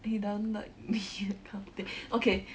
he doesn't like me that kind of thing okay